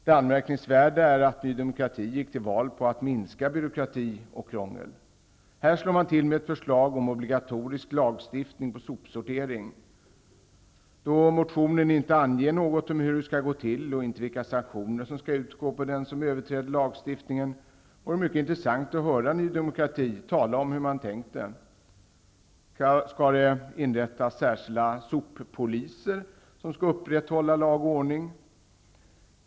Det anmärkningsvärda är att Ny demokrati gick till val på att minska byråkrati och krångel. Här slår man till med ett förslag om lagstiftning om obligatorisk sopsortering. Då motionen inte anger något om hur det skall gå till och inte vilka sanktioner som skall tillgripas mot den som överträder lagen, vore det mycket intressant att höra Ny demokrati tala om hur man har tänkt det. Skall det inrättas särskilda soppoliser som skall upprätthålla lag och ordning?